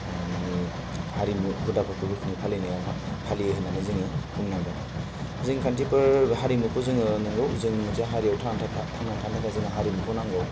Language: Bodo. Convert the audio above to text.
मानि हारिमु हुदाफोरखौ बोखोनो फालिनायाव फालियो होन्नानै जोङो बुंनांगोन जों खान्थिफोर हारिमुखौ जोङो नंगौ जों मोनसे हारियाव थांनानै थानो थांनानै थानो थाखाय जोंनो हारिमुखौ नांगौ